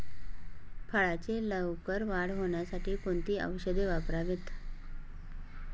फळाची लवकर वाढ होण्यासाठी कोणती औषधे वापरावीत?